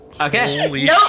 Okay